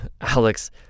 alex